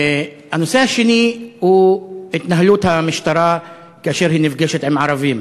הנושא השני הוא התנהלות המשטרה כאשר היא נפגשת עם ערבים.